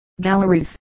galleries